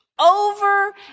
Over